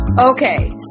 Okay